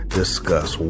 discuss